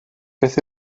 beth